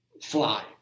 fly